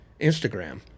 instagram